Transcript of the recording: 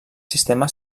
sistema